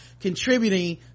contributing